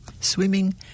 swimming